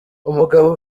umugabo